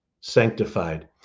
sanctified